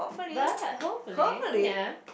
but hopefully ya